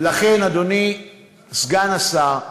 אדוני סגן השר,